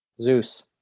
Zeus